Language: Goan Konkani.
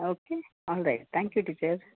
ओके हल रे थँक्यू टिचर